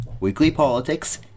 Weeklypolitics